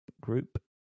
group